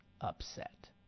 upset